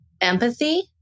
empathy